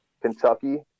Kentucky